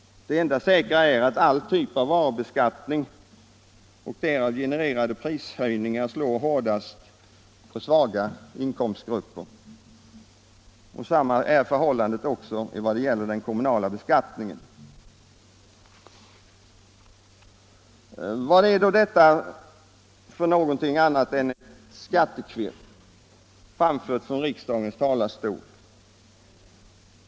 Det enda säkra är att alla typer av varubeskattning och därav genererade prishöjningar slår hårdast för svaga inkomstgrupper. Detsamma är förhållandet när det gäller den kommunala beskattningen. Vad är då det jag här anför annat än ett skattekvirr, framfört från riksdagens talarstol?